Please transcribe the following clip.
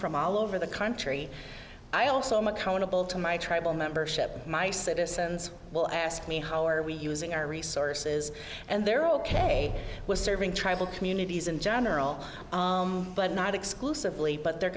from all over the country i also mcconnell to my tribal membership my citizens will ask me how are we using our resources and they're ok with serving tribal communities in general but not exclusively but they're